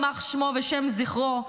יימח שמו ושם זכרו,